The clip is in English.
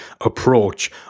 approach